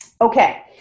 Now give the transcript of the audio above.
Okay